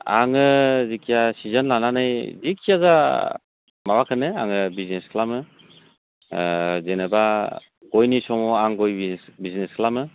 आंङो जायखिजाया सिजोन लानानै जायखिजाया माबाखौनो आंङो बिजनेस खालामो जेनेबा गयनि समाव आङो गयनि बिजनेस खालामो